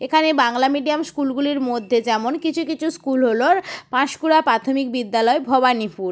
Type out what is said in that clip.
এখানে বাংলা মিডিয়াম স্কুলগুলির মধ্যে যেমন কিছু কিছু স্কুল হলো পাঁশকুড়া প্রাথমিক বিদ্যালয় ভবানীপুর